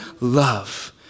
love